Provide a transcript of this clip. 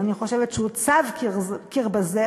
ואני חושבת שהוצב קיר ברזל,